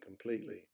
completely